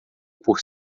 por